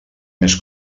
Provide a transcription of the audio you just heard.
més